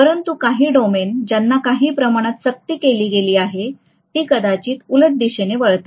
परंतु काही डोमेन ज्यांना काही प्रमाणात सक्ती केली गेली आहे ती कदाचित उलट दिशेने वळतात